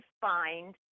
find